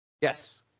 Yes